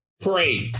pray